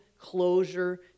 closure